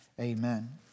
Amen